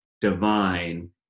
divine